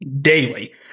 daily